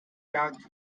jagd